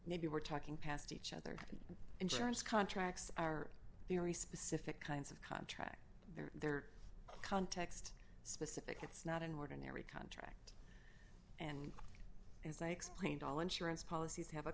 maybe we're talking past each other and insurance contracts are very specific kinds of contract they're their context specific it's not an ordinary contract and it's not explained all insurance policies have a